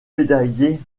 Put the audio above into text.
médaillée